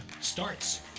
starts